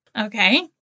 Okay